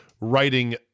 writing